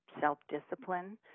self-discipline